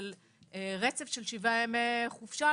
רצף של 7 ימי חופשה,